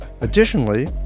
Additionally